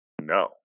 No